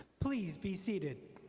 please be seated.